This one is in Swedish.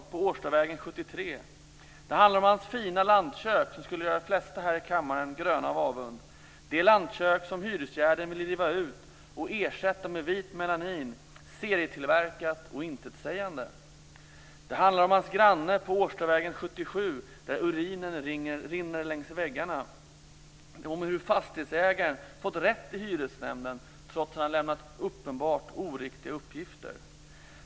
73. Det handlar om hans fina lantkök, som skulle göra de flesta här i kammaren gröna av avund - det lantkök som hyresvärden vill riva ut och ersätta med vit melanin, serietillverkat och intetsägande. Det handlar om hans granne på Årstavägen 77 där urinen rinner längs väggarna, om hur fastighetsägaren fått rätt i hyresnämnden trots att han lämnat uppenbart oriktiga uppgifter.